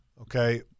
Okay